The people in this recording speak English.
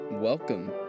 Welcome